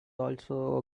also